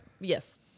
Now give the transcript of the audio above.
Yes